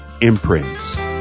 Imprints